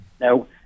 Now